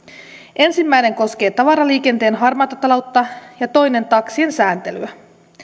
ensimmäinen koskee tavaraliikenteen harmaata taloutta ja toinen taksien sääntelyä